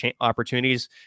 opportunities